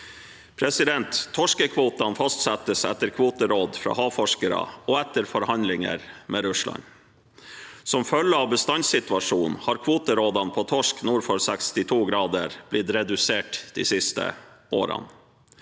Torskekvotene fastsettes etter kvoteråd fra havforskere og etter forhandlinger med Russland. Som følge av bestandssituasjonen har kvoterådene for torsk nord for 62 grader blitt redusert de siste årene.